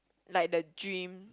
like the dream